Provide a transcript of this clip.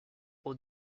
aux